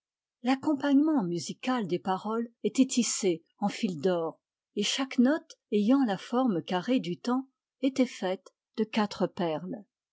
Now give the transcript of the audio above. l'accompagnement musical des paroles était tissé en fils d'or et chaque note ayant la forme carrée du temps était faite de quatre perles